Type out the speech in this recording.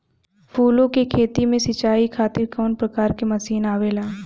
फूलो के खेती में सीचाई खातीर कवन प्रकार के मशीन आवेला?